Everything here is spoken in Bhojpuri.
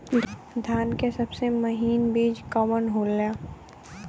धान के सबसे महीन बिज कवन होला?